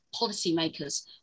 policymakers